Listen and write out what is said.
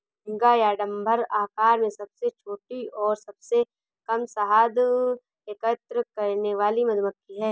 भुनगा या डम्भर आकार में सबसे छोटी और सबसे कम शहद एकत्र करने वाली मधुमक्खी है